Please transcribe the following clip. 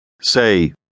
Say